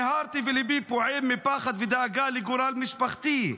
מיהרתי וליבי פועם מפחד ודאגה לגורל משפחתי,